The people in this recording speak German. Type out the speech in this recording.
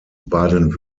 baden